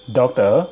doctor